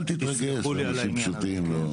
אל תתרגש, אנחנו אנשים פשוטים.